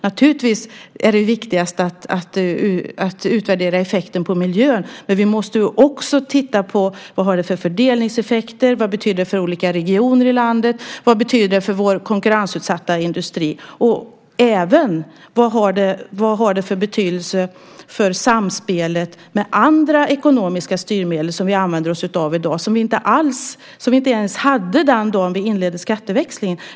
Naturligtvis är det viktigast att utvärdera effekten på miljön, men vi måste också titta på vad det har för fördelningseffekter, vad det betyder för olika regioner i landet, vad det betyder för vår konkurrensutsatta industri och även vad det har för betydelse för samspelet med andra ekonomiska styrmedel som vi använder oss av i dag som vi inte ens hade den dag vi inledde skatteväxlingen.